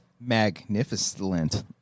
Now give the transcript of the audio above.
magnificent